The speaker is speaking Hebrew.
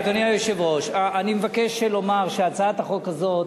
אדוני היושב-ראש, אני מבקש לומר שהצעת החוק הזאת